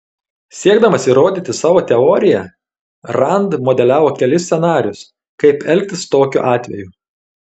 siekdamas įrodyti savo teoriją rand modeliavo kelis scenarijus kaip elgtis tokiu atveju